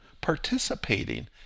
Participating